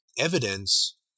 evidence